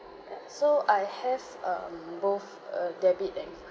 so I have um both uh debit and